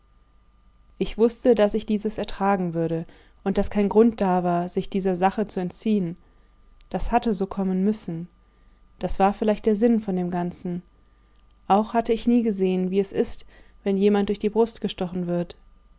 ich wußte daß ich dieses ertragen würde und daß kein grund da war sich dieser sache zu entziehen das hatte so kommen müssen das war vielleicht der sinn von dem ganzen auch hatte ich nie gesehen wie es ist wenn jemand durch die brust gestochen wird